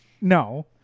No